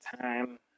time